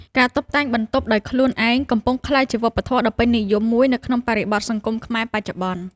ការតុបតែងបន្ទប់ដោយខ្លួនឯង កំពុងក្លាយជាវប្បធម៌ដ៏ពេញនិយមមួយនៅក្នុងបរិបទសង្គមខ្មែរបច្ចុប្បន្ន។